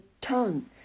tongue